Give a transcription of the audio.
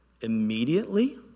immediately